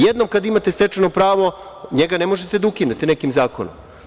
Jednom kada imate stečeno pravo, njega ne možete da ukinete nekim zakonom.